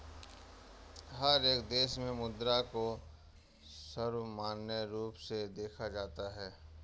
हर एक देश में मुद्रा को सर्वमान्य रूप से देखा जाता है